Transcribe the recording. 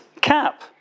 CAP